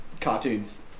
cartoons